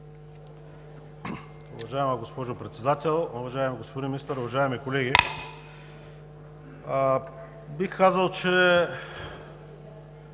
Уважаема госпожо Председател, уважаеми господин Министър, уважаеми колеги! Бих казал, че